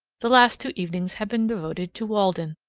the last two evenings have been devoted to walden,